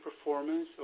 performance